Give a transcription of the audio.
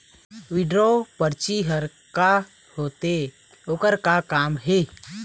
Withdraw परची हर का होते, ओकर का काम हे?